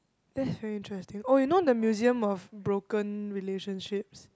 that's very interesting oh you know the museum of broken relationships